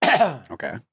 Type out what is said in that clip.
Okay